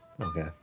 Okay